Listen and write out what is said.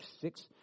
six